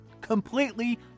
completely